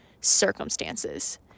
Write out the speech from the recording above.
circumstances